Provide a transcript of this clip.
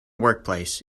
workplace